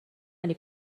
علی